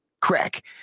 crack